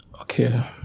Okay